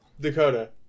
Dakota